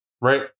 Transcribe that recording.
right